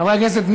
חברי הכנסת,